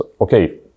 okay